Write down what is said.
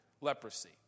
leprosy